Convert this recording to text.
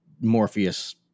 Morpheus